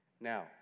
Now